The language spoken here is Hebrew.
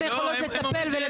הם יכולות לטפל.